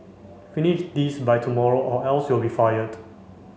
finish this by tomorrow or else you'll be fired